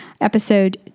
episode